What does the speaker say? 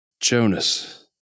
Jonas